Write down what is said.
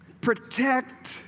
Protect